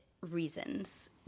reasons